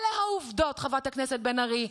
אלה העובדות, חברת הכנסת בן ארי.